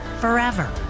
forever